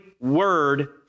word